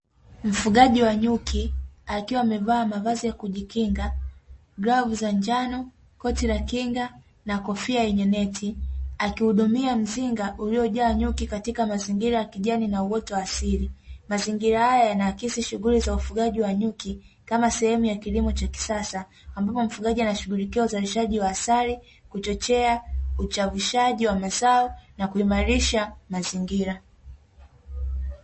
Mfugaji wa nyuki akiwa amevaa mavazi ya kujikinga glavu za njano, koti la kinga na kofia yenye neti, akihudumia mzinga uliojaa nyuki katika mazingira ya kijani na uoto wa asili. Mazingira haya yanaakisi shughuli za ufugaji wa nyuki kama sehemu ya kilimo cha kisasa, ambapo mfugaji anashughulikia uzalishaji wa asali, kuchochea uchavushaji wa mazao na kuimarisha mazingira.